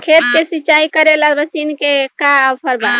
खेत के सिंचाई करेला मशीन के का ऑफर बा?